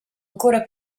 ancora